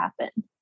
happen